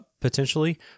potentially